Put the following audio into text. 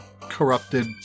corrupted